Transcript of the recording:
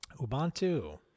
Ubuntu